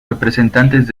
representantes